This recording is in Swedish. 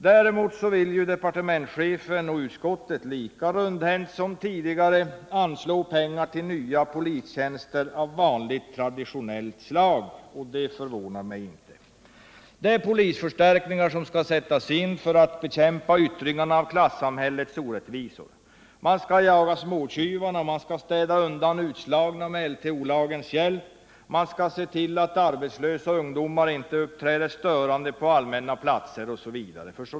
Däremot vill departementschefen och utskottet lika rundhänt som tidigare anslå pengar till nya polistjänster av vanligt, traditionellt slag — och det förvånar mig inte. Det är polisförstärkningar som skall sättas in för att bekämpa yttringarna av klassamhällets orättvisor. Man skall jaga småtjuvar, städa undan utslagna med LTO-lagens hjälp, se till att arbetslösa ungdomar inte uppträder störande på allmänna platser osv.